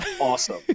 awesome